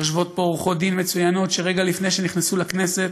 יושבות פה עורכות דין מצוינות שרגע לפני שנכנסו לכנסת